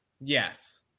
Yes